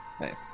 Nice